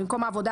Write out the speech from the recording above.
במקום "העבודה,